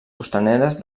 costaneres